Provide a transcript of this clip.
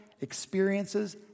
experiences